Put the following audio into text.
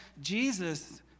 Jesus